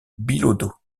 billaudot